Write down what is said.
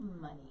money